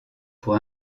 pour